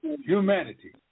Humanity